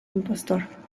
impostor